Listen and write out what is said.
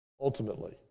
Ultimately